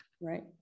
right